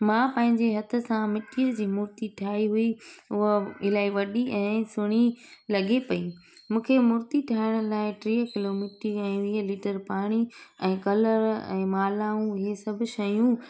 मां पंहिंजे हथ सां मिटीअ जी मुर्ती ठाई हुई उहा इलाही वॾी ऐं सुहिणी लॻे पई मूंखे मूर्ती ठाहिण लाइ टे किलो मिटी ऐं वीह लीटर पाणी ऐं कलर ऐं माल्हाऊं इहे सभु शयूं